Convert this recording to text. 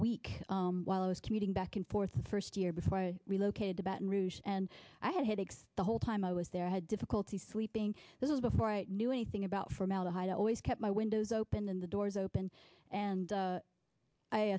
week while i was commuting back and forth the first year before i relocated to baton rouge and i had headaches the whole time i was there i had difficulty sleeping this is before i knew anything about formaldehyde i always kept my windows open and the doors open and